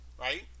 right